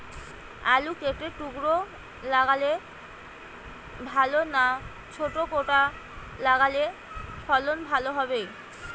আলু কেটে টুকরো লাগালে ভাল না ছোট গোটা লাগালে ফলন ভালো হবে?